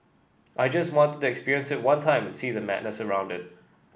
I just wanted to experience it one time and see the madness around it